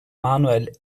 manuel